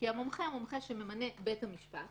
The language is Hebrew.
כי המומחה הוא מומחה שממנה בית המשפט